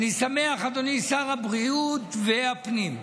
אדוני שר הבריאות והפנים,